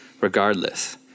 regardless